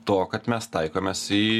to kad mes taikomės į